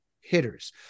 hitters